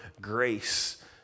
grace